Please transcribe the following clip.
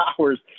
hours